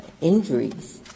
injuries